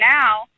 now